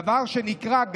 דבר שגם נקרא,